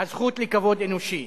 הזכות לכבוד אנושי.